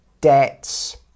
debts